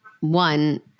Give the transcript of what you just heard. one